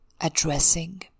addressing